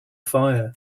fire